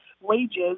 wages